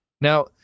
Now